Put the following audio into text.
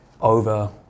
over